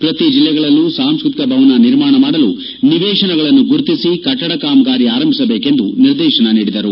ಪ್ರತಿ ಜಲ್ಲೆಗಳಲ್ಲೂ ಸಾಂಸ್ತ್ರತಿಕ ಭವನ ನಿರ್ಮಾಣ ಮಾಡಲು ನಿವೇಶನಗಳನ್ನು ಗುರುತಿಸಿ ಕಟ್ಟಡ ಕಾಮಗಾರಿ ಆರಂಭಿಸಬೇಕೆಂದು ನಿದೇರ್ತನ ನೀಡಿದರು